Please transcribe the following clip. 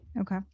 okay